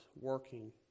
working